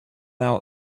now